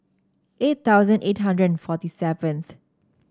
eight thousand eight hundred and forty seventh